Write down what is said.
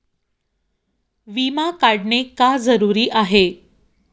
विमा काढणे का जरुरी आहे?